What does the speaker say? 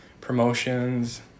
promotions